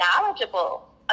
knowledgeable